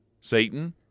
Satan